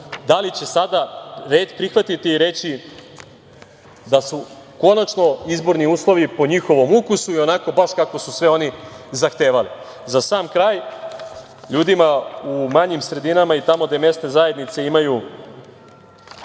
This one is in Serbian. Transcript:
da li će sada prihvatiti i reći da su konačno izborni uslovi po njihovom ukusu i onako baš kako su sve oni zahtevali.Za sam kraj, ljudima u manjim sredinama i tamo gde mesne zajednice imaju